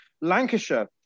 Lancashire